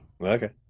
Okay